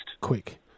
Quick